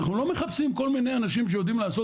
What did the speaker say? אנחנו לא מחפשים כל מיני אנשים שיודעים לעשות